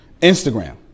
Instagram